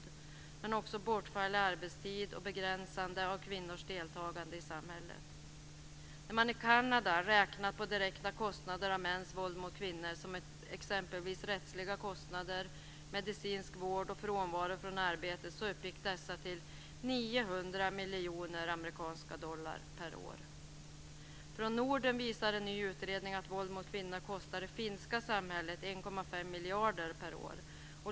Det handlar också om bortfall i arbetstid och begränsande av kvinnors deltagande i samhället. När man i Kanada räknat på direkta kostnader av mäns våld mot kvinnor som exempelvis rättsliga kostnader, medicinsk vård och frånvaro från arbetet uppgick dessa till 900 miljoner amerikanska dollar per år. Från Norden visar en ny utredning att våld mot kvinnor kostar det finska samhället 1,5 miljarder per år.